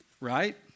Right